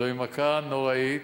זוהי מכה נוראית,